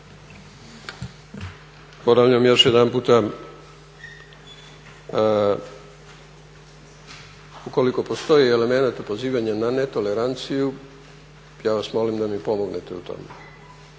Ponavljam još jedanputa ukoliko postoji elemenata pozivanja na netoleranciju ja vas molim da mi pomognete u tome.